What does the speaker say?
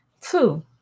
Two